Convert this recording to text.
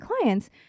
clients